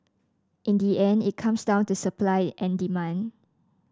in the end it comes down to supply and demand